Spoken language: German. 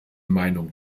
meinung